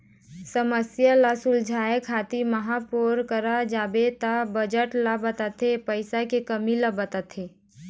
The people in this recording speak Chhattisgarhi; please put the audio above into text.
समस्या ल सुलझाए खातिर महापौर करा जाबे त बजट ल बताथे पइसा के कमी ल बताथे